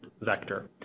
vector